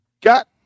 got